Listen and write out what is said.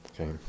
okay